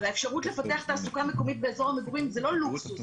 והאפשרות לפתח תעסוקה מקומית באזור המגורים זה לא לוקסוס,